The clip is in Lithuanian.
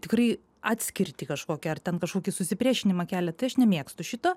tikrai atskirtį kažkokią ar ten kažkokį susipriešinimą kelia tai aš nemėgstu šito